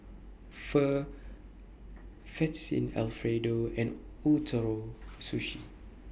Pho Fettuccine Alfredo and Ootoro Sushi